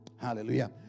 Hallelujah